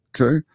Okay